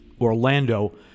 Orlando